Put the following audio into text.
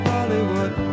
Hollywood